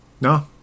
No